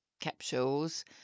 capsules